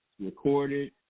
recorded